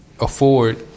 afford